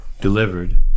delivered